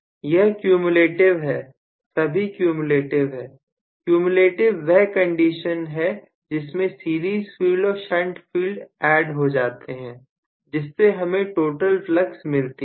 यह कम्युलेटिव है सभी कम्युलेटिव हैं कम्युलेटिव वह कंडीशन है जिसमें सीरीज फील्ड और शंट फील्ड ऐड हो जाते हैं जिससे हमें टोटल फ्लक्स मिलती हैं